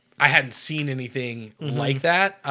i hadn't seen anything like that